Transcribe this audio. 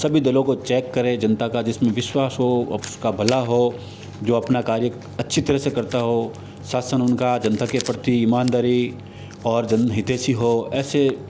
सभी दलों को चेक करें जनता का जिसमें विश्वास हो उसका भला हो जो अपना कार्य अच्छी तरह से करता हो शासन उनका जनता के प्रति ईमानदारी और जन हितेशी हो ऐसे